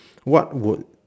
what would